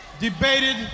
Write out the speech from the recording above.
debated